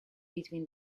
between